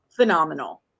Phenomenal